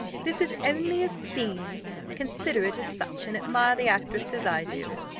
this is only a scene consider it as such, and admire the actress as i do.